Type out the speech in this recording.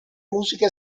musica